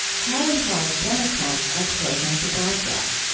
how and why democrats are closing the god gap.